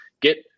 Get